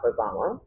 Obama